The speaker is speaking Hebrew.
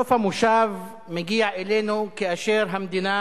סוף המושב מגיע אלינו כאשר המדינה